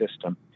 system